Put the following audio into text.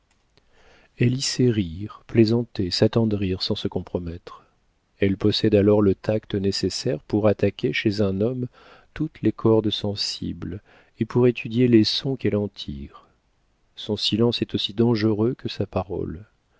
elle y sait rire plaisanter s'attendrir sans se compromettre elle possède alors le tact nécessaire pour attaquer chez un homme toutes les cordes sensibles et pour étudier les sons qu'elle en tire son silence est aussi dangereux que sa parole